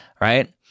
right